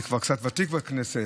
אני כבר קצת ותיק בכנסת,